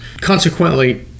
Consequently